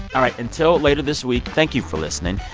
all right. until later this week, thank you for listening.